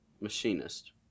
machinist